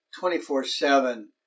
24-7